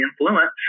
influence